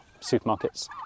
supermarkets